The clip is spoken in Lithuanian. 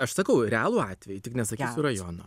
aš sakau realų atvejį tik nesakysiu rajono